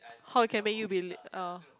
how it can make you be orh